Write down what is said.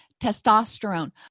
testosterone